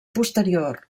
posterior